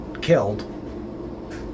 killed